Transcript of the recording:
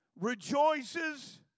rejoices